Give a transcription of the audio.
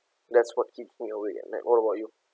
that's what keeps me awake at night what about you